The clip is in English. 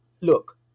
look